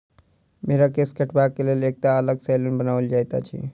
भेंड़क केश काटबाक लेल एकटा अलग सैलून बनाओल जाइत अछि